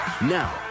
Now